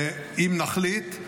אם נחליט.